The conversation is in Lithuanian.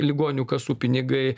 ligonių kasų pinigai